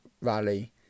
rally